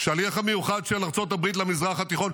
השליח המיוחד של ארצות הברית למזרח התיכון,